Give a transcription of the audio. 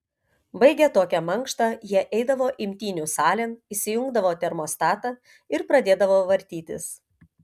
baigę tokią mankštą jie eidavo imtynių salėn įsijungdavo termostatą ir pradėdavo vartytis